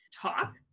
talk